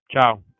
Ciao